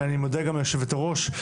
ואני מודה גם ליושבת הראש,